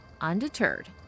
undeterred